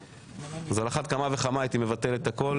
על אחת כמה וכמה הייתי מבטל את הכול